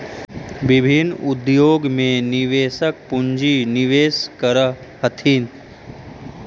विभिन्न उद्योग में निवेशक पूंजी निवेश करऽ हथिन